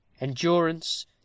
Endurance